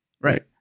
Right